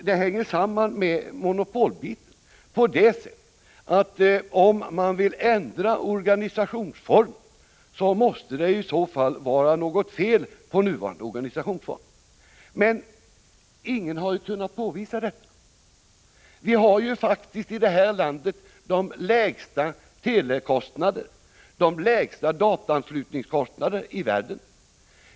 Det hänger samman med monopolen på det sättet att om man vill ändra organisationsformen måste det vara något fel på nuvarande organisationsform. Men ingen har kunnat påvisa detta. Vi har faktiskt i vårt land de lägsta telekostnaderna och de lägsta dataanslutningskostnaderna i världen.